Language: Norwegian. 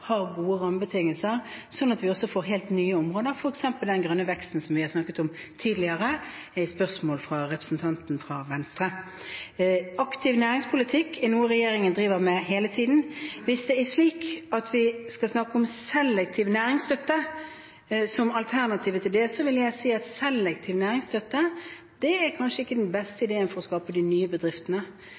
har gode rammebetingelser, slik at vi også får helt nye områder, f.eks. grønn vekst, som vi har snakket om tidligere i spørsmålet fra representanten fra Venstre. Aktiv næringspolitikk er noe regjeringen driver med hele tiden. Hvis det er slik at vi skal snakke om selektiv næringsstøtte som alternativet til det, vil jeg si at selektiv næringsstøtte er kanskje ikke den beste ideen for å skape de nye bedriftene.